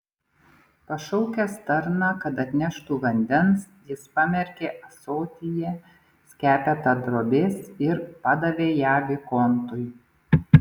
pašaukęs tarną kad atneštų vandens jis pamerkė ąsotyje skepetą drobės ir padavė ją vikontui